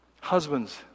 Husbands